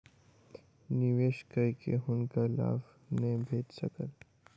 निवेश कय के हुनका लाभ नै भेट सकल